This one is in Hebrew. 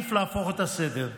עדיף להפוך את הסדר: